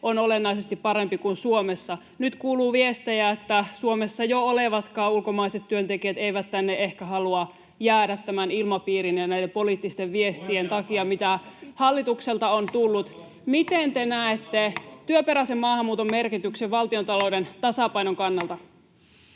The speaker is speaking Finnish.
on olennaisesti parempi kuin Suomessa. Nyt kuuluu viestejä, että Suomessa jo olevatkaan ulkomaiset työntekijät eivät tänne ehkä halua jäädä tämän ilmapiirin ja näiden poliittisten viestien takia, [Vilhelm Junnilan välihuuto] mitä hallitukselta on tullut. Miten te näette työperäisen maahanmuuton merkityksen valtiontalouden tasapainon kannalta?